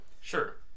sure